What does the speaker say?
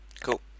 Cool